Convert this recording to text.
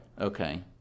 Okay